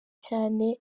cyane